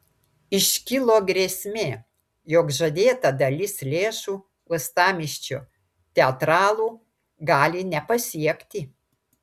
iškilo grėsmė jog žadėta dalis lėšų uostamiesčio teatralų gali nepasiekti